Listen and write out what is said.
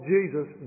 Jesus